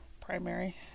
primary